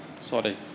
Sorry